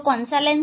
कौन सा लेंस